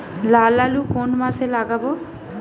লাল আলু কোন মাসে লাগাব?